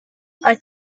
thought